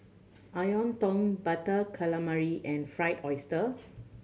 tong Butter Calamari and fry oyster